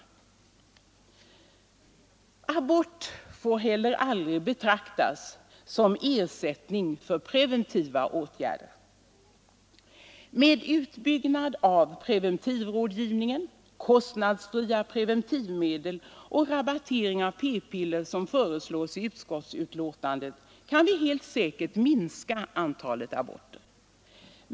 29 maj 1974 Abort får heller aldrig betraktas som ersättning för preventiva RN åtgärder. Med utbyggnad av preventivrådgivningen, kostnadsfria preven Förslag till aborttivmedel och rabattering av p-piller, som föreslås i utskottsbetänkandet, lag, m.m. kan vi helt säkert minska antalet aborter.